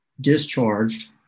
discharged